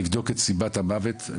לבדוק את סיבת המוות.